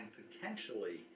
potentially